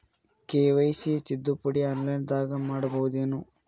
KYC ತಿದ್ದುಪಡಿ ಆನ್ಲೈನದಾಗ್ ಮಾಡ್ಬಹುದೇನು?